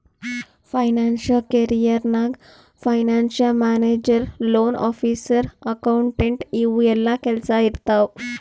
financial career ನಾಗ್ financial manager, loan officer, accountant ಇವು ಎಲ್ಲಾ ಕೆಲ್ಸಾ ಇರ್ತಾವ್